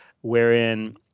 wherein